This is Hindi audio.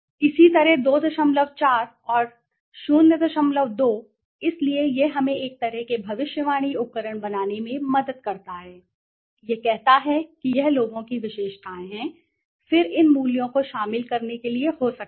इसी तरह 24 और 02 इसलिए यह हमें एक तरह के भविष्यवाणी उपकरण बनाने में मदद करता है यह कहता है कि यह लोगों की विशेषताएं हैं फिर इन मूल्यों को शामिल करने के लिए हो सकता है